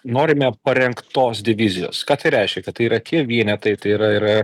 norime parengtos divizijos ką tai reiškia kad tai yra tie vienetai tai yra yra